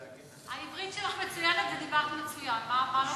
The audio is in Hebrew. העברית שלך מצוינת, ודיברת מצוין, מה לא